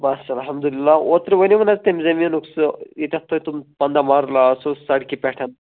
بَس الحمدُاللہ اوترٕ وَنیٛومےَ نا حظ تَمہِ زٔمیٖنُک سُہ یَتٮ۪تھ تۄہہِ تِم پَنٛداہ مَرلرٕ آسو سڑکہِ پٮ۪ٹھ